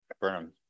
burnham